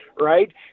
right